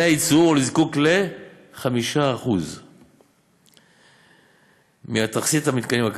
הייצור או הזיקוק ל-5% מתכסית המתקנים הקיימת,